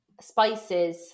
spices